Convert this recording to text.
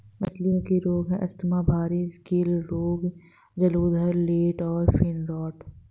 मछलियों के रोग हैं स्तम्भारिस, गिल रोग, जलोदर, टेल और फिन रॉट